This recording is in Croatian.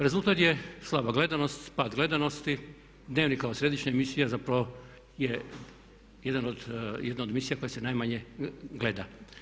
Rezultat je slaba gledanost, pad gledanosti, Dnevnik kao središnja emisija zapravo je jedna od emisija koja se najmanje gleda.